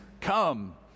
come